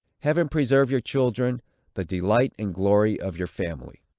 heaven preserve your children the delight and glory of your family!